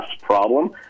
problem